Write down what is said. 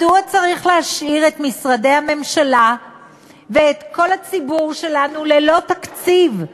מדוע צריך להשאיר את משרדי הממשלה ואת כל הציבור שלנו ללא תקציב,